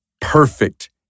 perfect